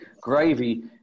Gravy